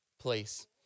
place